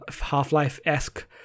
half-life-esque